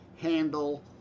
handle